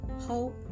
hope